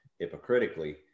hypocritically